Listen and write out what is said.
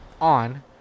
on